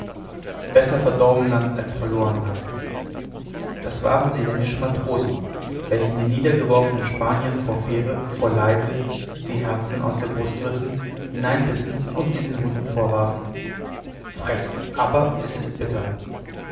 besser verdorben land als verloren land das waren seeländische matrosen welche den niedergeworfenen spaniern vor veere vor leyden die herzen aus der brust rissen hineinbissen und sie den hunden vorwarfen freßt aber es ist bitter